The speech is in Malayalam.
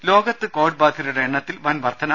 രുദ ലോകത്ത് കോവിഡ് ബാധിതരുടെ എണ്ണത്തിൽ വൻവർധന